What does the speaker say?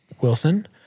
Wilson